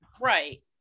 right